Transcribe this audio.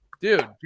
dude